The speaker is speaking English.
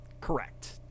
correct